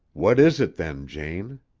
what is it, then, jane?